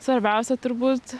svarbiausia turbūt